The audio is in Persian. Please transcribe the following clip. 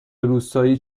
روستایی